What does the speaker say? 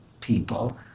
people